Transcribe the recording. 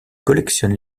collectionne